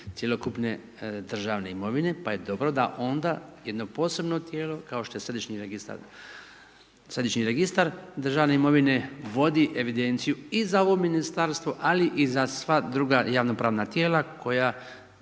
cjelokupne državne imovine, pa je dobro da onda jedno posebno tijelo kao što je Središnji registar državne imovine vodi evidenciju i za ovo Ministarstvo, ali i za sva druga javnopravna tijela koja